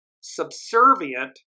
subservient